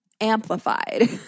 amplified